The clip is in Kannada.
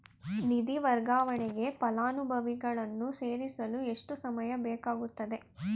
ನಿಧಿ ವರ್ಗಾವಣೆಗೆ ಫಲಾನುಭವಿಗಳನ್ನು ಸೇರಿಸಲು ಎಷ್ಟು ಸಮಯ ಬೇಕಾಗುತ್ತದೆ?